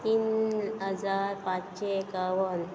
तीन हजार पांचशें एकावन